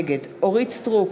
נגד אורית סטרוק,